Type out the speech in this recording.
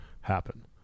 happen